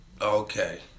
Okay